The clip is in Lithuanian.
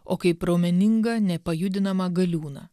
o kaip raumeningą nepajudinamą galiūną